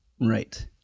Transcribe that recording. Right